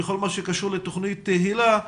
בכל מה שקשור לתוכנית היל"ה,